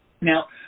Now